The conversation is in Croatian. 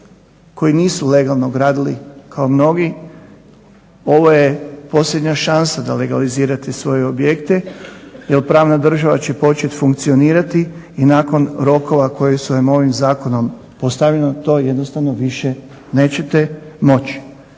koji nisu legalno gradili kao mnogi ovo je posljednja šansa da legalizirate svoje objekte jer pravna država će početi funkcionirati i nakon rokova koji su joj ovim zakonom postavljeni to jednostavno više nećete moći.